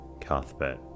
Cuthbert